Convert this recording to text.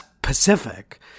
Pacific